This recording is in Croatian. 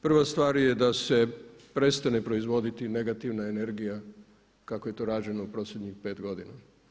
Prva stvar je da se prestane proizvoditi negativna energija kako je to rađeno u posljednjih pet godina.